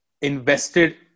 invested